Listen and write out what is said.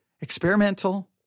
Experimental